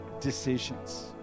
decisions